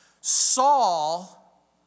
Saul